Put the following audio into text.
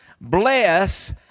Bless